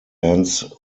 ends